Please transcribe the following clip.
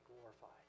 glorified